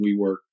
WeWork